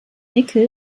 nickel